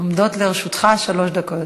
עומדות לרשותך שלוש דקות.